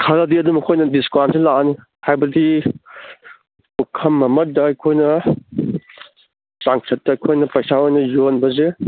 ꯈꯔꯗꯤ ꯑꯗꯨꯝ ꯑꯩꯈꯣꯏꯅ ꯗꯤꯁꯀꯥꯎꯟꯁꯦ ꯂꯥꯛꯑꯅꯤ ꯍꯥꯏꯕꯗꯤ ꯄꯨꯈꯝ ꯑꯃꯗ ꯑꯩꯈꯣꯏꯅ ꯆꯥꯡꯆꯠꯇ ꯑꯩꯈꯣꯏꯅ ꯄꯩꯁꯥ ꯑꯣꯏꯅ ꯌꯣꯟꯕꯁꯦ